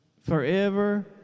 Forever